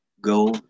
go